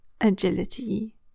agility